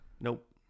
nope